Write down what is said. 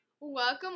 Welcome